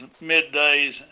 middays